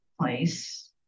place